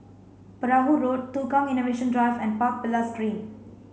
Perahu Road Tukang Innovation Drive and Park Villas Green